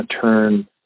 turn